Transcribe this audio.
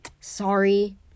Sorry